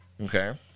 Okay